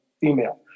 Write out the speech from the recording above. female